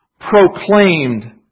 proclaimed